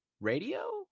radio